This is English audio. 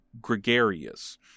gregarious